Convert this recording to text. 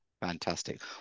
Fantastic